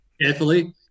Carefully